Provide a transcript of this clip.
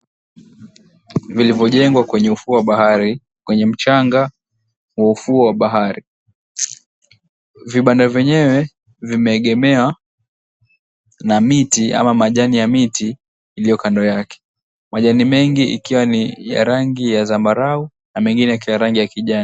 ...vilivyojengwa kwenye ufuo wa bahari, kwenye mchanga wa ufuo wa bahari ni vibanda vyenye vimeegemea miti ama majani ya miti iliyokando yake. Majani mengi ikiwa ni ya rangi ya zambarao na mengine ikiwa ni ya rangi ya kijani.